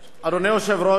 אדוני היושב-ראש,